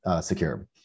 secure